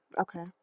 Okay